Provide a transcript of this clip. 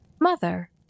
mother